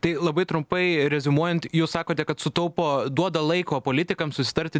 tai labai trumpai reziumuojant jūs sakote kad sutaupo duoda laiko politikams susitarti